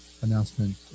announcement